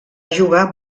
jugar